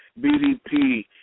bdp